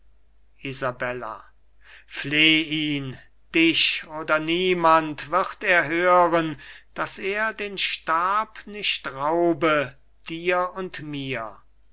ihn dich oder niemand wird er hören daß er den stab nicht raube dir und mir